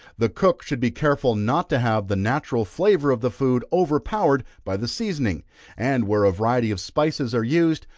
the cook should be careful not to have the natural flavor of the food overpowered by the seasoning and where a variety of spices are used,